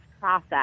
process